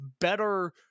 better